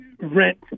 rent